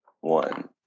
one